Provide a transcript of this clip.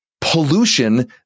pollution